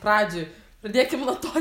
pradžiai pradėkim nuo to